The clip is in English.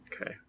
Okay